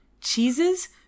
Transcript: cheeses